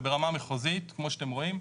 זה ברמה מחוזית כמו שאתם רואים.